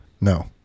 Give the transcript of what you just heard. No